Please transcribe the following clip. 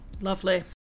Lovely